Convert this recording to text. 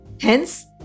Hence